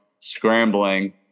scrambling